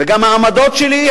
וגם העמדות שלי,